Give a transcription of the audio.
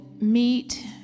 meet